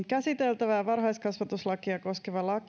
käsiteltävä varhaiskasvatuslakia koskeva